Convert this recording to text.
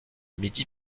midi